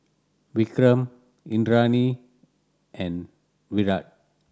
Vikram Indranee and Virat